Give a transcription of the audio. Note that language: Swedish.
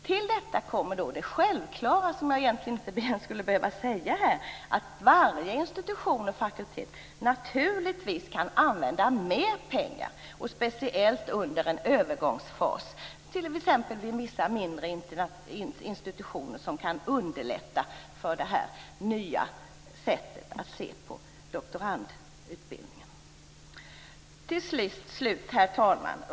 Till detta kommer det självklara, som jag egentligen inte skulle behöva säga här, att varje institution och fakultet naturligtvis kan använda mer pengar, speciellt under en övergångsfas, till vissa mindre institutioner som kan underlätta för det nya sättet att se på doktorandutbildningen. Herr talman!